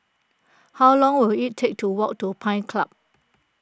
how long will it take to walk to Pines Club